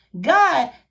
God